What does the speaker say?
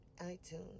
iTunes